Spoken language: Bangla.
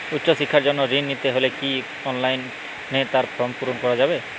উচ্চশিক্ষার জন্য ঋণ নিতে হলে কি অনলাইনে তার ফর্ম পূরণ করা যাবে?